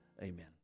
Amen